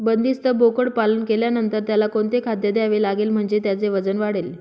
बंदिस्त बोकडपालन केल्यानंतर त्याला कोणते खाद्य द्यावे लागेल म्हणजे त्याचे वजन वाढेल?